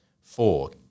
Four